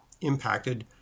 impacted